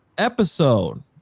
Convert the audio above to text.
episode